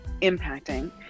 impacting